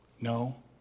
No